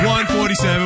147